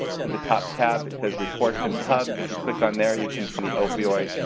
to the top tab, it says, reports and pubs. if you click on there, you can find the opioid